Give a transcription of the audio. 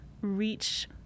reach